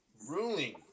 Ruling